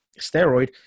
steroid